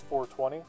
420